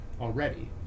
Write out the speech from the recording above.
already